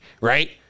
right